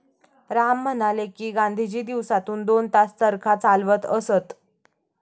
राम म्हणाले की, गांधीजी दिवसातून दोन तास चरखा चालवत असत